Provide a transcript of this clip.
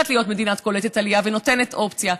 להיות מדינה קולטת עלייה ונותנת אופציה.